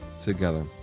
together